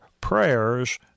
prayers